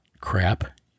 crap